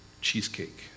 cheesecake